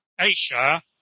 Asia